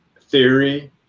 theory